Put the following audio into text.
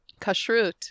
kashrut